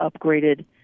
upgraded